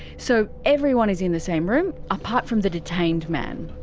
so everyone is in the same room apart from the detained man.